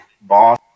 boss